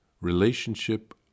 Relationship